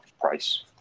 price